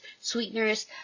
sweeteners